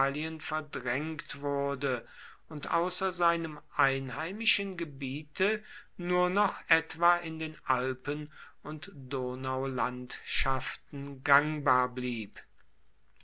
verdrängt wurde und außer seinem einheimischen gebiete nur noch etwa in den alpen und donaulandschaften gangbar blieb